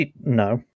No